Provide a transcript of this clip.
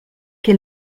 che